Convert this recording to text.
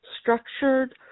structured